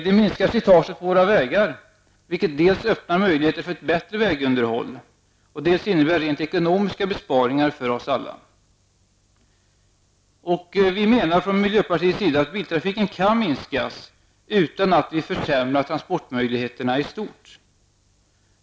Det minskar slitaget på våra vägar, vilket dels öppnar möjligheten till ett bättre vägunderhåll, dels innebär rent ekonomiska besparingar för oss alla. Miljöpartiet menar att biltrafiken kan minskas utan att vi försämrar transportmöjligheterna i stort.